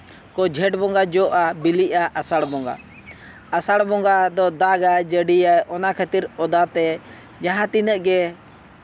ᱠᱚ ᱡᱷᱮᱸᱴ ᱵᱚᱸᱜᱟ ᱡᱚᱜᱼᱟ ᱵᱤᱞᱤᱜᱼᱟ ᱟᱥᱟᱲ ᱵᱚᱸᱜᱟ ᱟᱥᱟᱲ ᱵᱚᱸᱜᱟ ᱫᱚ ᱫᱟᱜᱟᱭ ᱡᱟᱹᱲᱤᱭᱟᱭ ᱚᱱᱟ ᱠᱷᱟᱹᱛᱤᱨ ᱚᱫᱟ ᱛᱮ ᱡᱟᱦᱟᱸᱛᱤᱱᱟᱹᱜ ᱜᱮ